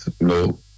no